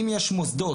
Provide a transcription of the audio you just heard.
אם יש מוסדות,